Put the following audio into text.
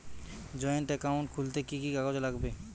Joint account খুলতে কি কি কাগজ লাগবে?